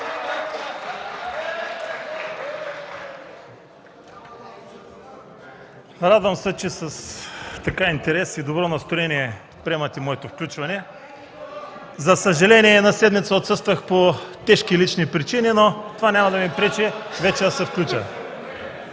Радвам се, че с интерес и добро настроение приемате моето включване. За съжаление, отсъствах една седмица по тежки лични причини, но това няма да ми пречи вече да се включа.